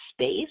space